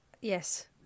yes